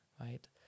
right